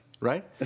Right